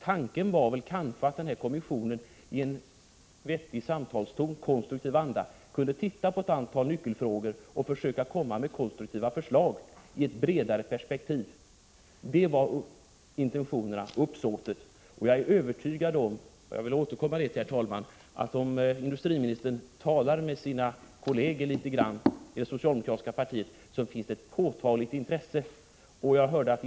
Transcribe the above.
Tanken var väl kanske att den här kommissionen, i vettig samtalston och i positiv anda, kunde titta på ett antal nyckelfrågor och försöka komma med konstruktiva förslag i ett bredare perspektiv. Det var intentionerna. Jag vill upprepa att jag, herr talman, är övertygad om att industriministern, om han talar med sina kolleger i det socialdemokratiska partiet, skall finna att det finns ett påtagligt intresse för dessa frågor.